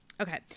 okay